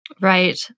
Right